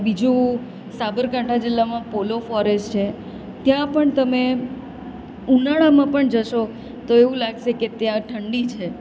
બીજું સાબરકાંઠા જિલ્લામાં પોલો ફોરેસ્ટ છે ત્યાં પણ તમે ઉનાળામાં પણ જશો તો એવું લાગશે કે ત્યાં ઠંડી છે